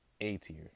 A-tier